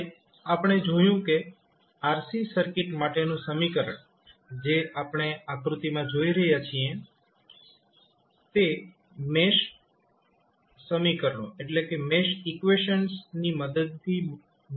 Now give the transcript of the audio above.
અને આપણે જોયું કે RC સર્કિટ માટેનું સમીકરણ જે આપણે આકૃતિમાં જોઈ રહ્યા છીએ તે મેશ સમીકરણો ની મદદથી મેળવવામાં આવ્યું છે